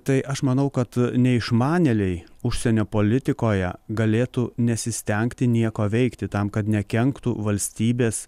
tai aš manau kad neišmanėliai užsienio politikoje galėtų nesistengti nieko veikti tam kad nekenktų valstybės